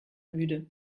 müde